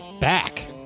back